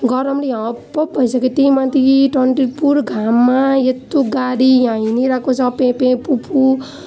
गरमले हपहप भइसकेँ त्यहीमाथि टन्टलापुर घाममा यत्रो गाडी यहाँ हिँडिरहेको छ पे पे पु पु